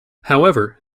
however